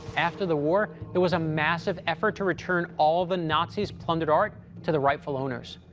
after the war, there was a massive effort to return all the nazis' plundered art to the rightful owners.